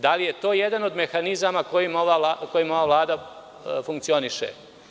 Da li je to jedan od mehanizama po kojem ova Vlada funkcioniše?